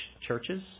churches